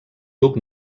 duc